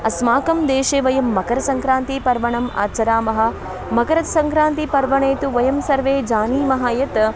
अस्माकं देशे वयं मकरसङ्क्रान्तीपर्व आचरामः मकरसङ्क्रान्तीपर्व तु वयं सर्वे जानीमः यत्